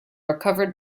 recovered